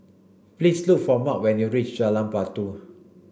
please look for Marc when you reach Jalan Batu